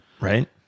Right